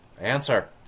answer